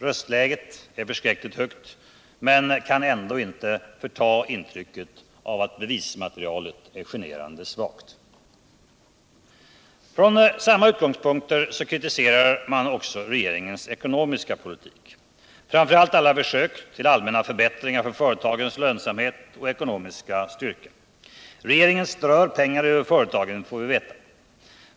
Röstläget är förskräckligt högt men kan ändå inte förta intrycket av att bevismaterialet är generande svagt. Från samma utgångspunkter kritiserar man regeringens ekonomiska politik, framför allt alla försök till allmänna förbättringar av företagens lönsamhet och ekonomiska styrka. Regeringen strör pengar över företagen, får vi veta.